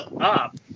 up